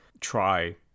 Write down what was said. try